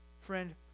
Friend